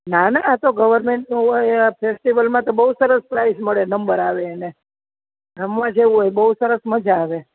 ના ના આતો ગવર્મેન્ટનું હોઈ ફેસ્ટિવલમાં તો બહુ સરસ પ્રાઈઝ મળે નંબર આવે એને રમવા જેવું હોય બહુ સરસ મજા આવે